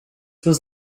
was